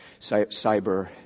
cyber